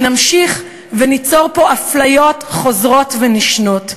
ונמשיך וניצור פה אפליות חוזרות ונשנות.